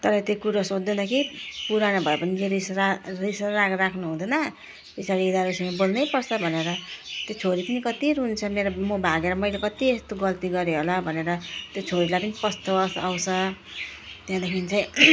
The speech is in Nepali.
तर त्यो कुरो सोच्दैन कि पुरानो भएपछि रिस राग रिस राग राख्नु हुँदैन पिछाडि यिनीरूसँग बोल्नैपर्छ भनेर त्यो छोरी पनि कति रुन्छ मेरो म भागेर मैले कति यस्तो गल्ती गरेँ होला भनेर त्यो छोरीलाई पनि पछतावा आउँछ त्यहाँदेखिन् चाहिँ